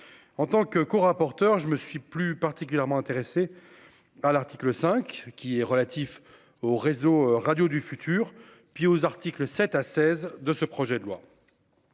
en tant que co-rapporteur je me suis plus particulièrement intéressé. À l'article 5 qui est relatif aux réseaux radio du futur puis aux articles 7 à 16 de ce projet de loi.